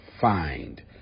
find